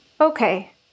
Okay